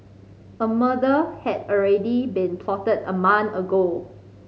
a murder had already been plotted a month ago